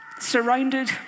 Surrounded